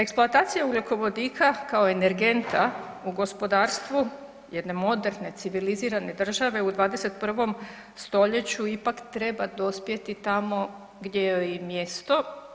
Eksploatacija ugljikovodik kao energenta u gospodarstvu jedne moderne, civilizirane države u 21. stoljeću ipak treba dospjeti tamo gdje joj je i mjesto.